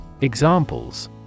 Examples